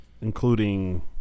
including